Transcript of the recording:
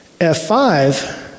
F5